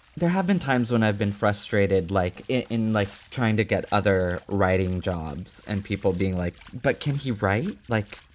there have been times when i've been frustrated, like in like trying to get other writing jobs and people being like, but can he write like.